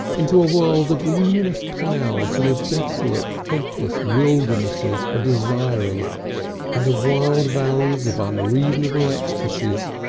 into a world of luminous clouds and of desolate hopeless wildernesses of desiring and of wild valleys of unreasonable ecstasies,